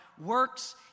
works